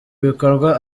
ibikorwa